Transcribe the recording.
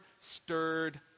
stirred